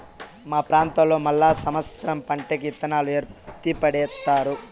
మా ప్రాంతంలో మళ్ళా సమత్సరం పంటకి ఇత్తనాలు ఎత్తిపెడతారు